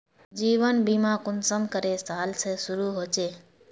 जीवन बीमा कुंसम करे साल से शुरू होचए?